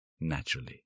naturally